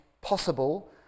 possible